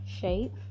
shape